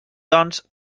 doncs